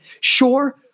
sure